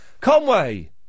Conway